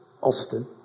austin